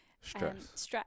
stress